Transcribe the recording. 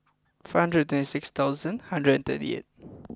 five hundred twenty six thousand hundred thirty eight